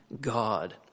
God